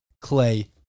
Clay